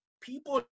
people